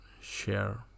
share